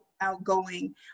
outgoing